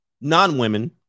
non-women